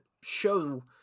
show